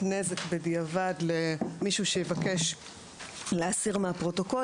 נזק בדיעבד למישהו שיבקש להסיר מהפרוטוקול,